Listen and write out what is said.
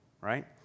right